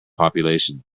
population